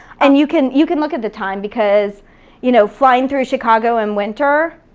and you can you can look at the time because you know flying through chicago in winter.